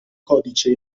codice